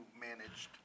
managed